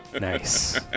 Nice